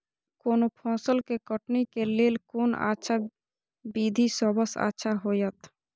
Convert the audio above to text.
कोनो फसल के कटनी के लेल कोन अच्छा विधि सबसँ अच्छा होयत?